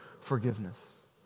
forgiveness